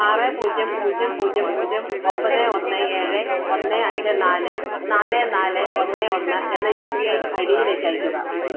ആറ് പൂജ്യം പൂജ്യം പൂജ്യം പൂജ്യം ഒമ്പത് ഒന്ന് ഏഴ് ഒന്ന് അഞ്ച് നാല് നാല് നാല് ഒന്ന് ഒന്ന് എന്ന U P I I D യിലേക്ക് അയയ്ക്കുക